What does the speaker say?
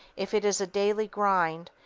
if it is a daily grind,